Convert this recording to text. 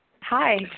hi